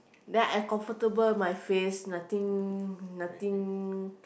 then I comfortable my face nothing nothing